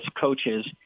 coaches